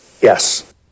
yes